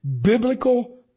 biblical